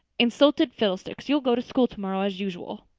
insulted fiddlesticks! you'll go to school tomorrow as usual.